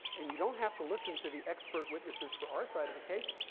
and you don't have to listen to the expert witnesses for our side of the case.